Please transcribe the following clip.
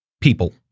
people